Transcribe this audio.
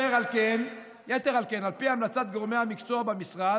יתר על כן, על פי המלצת גורמי המקצוע במשרד,